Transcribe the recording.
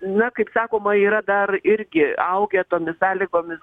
na kaip sakoma yra dar irgi augę tomis sąlygomis